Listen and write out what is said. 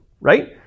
right